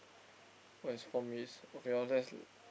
oh it's four minutes okay I'll just